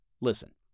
Listen